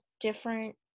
different